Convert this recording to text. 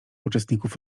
uczestników